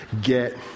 get